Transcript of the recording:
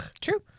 True